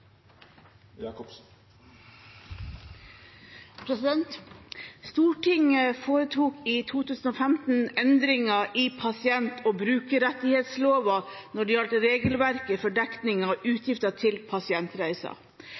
vedteke. Stortinget foretok i 2015 endringer i pasient- og brukerrettighetsloven når det gjaldt regelverket for dekning av utgifter til pasientreiser.